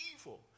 evil